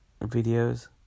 videos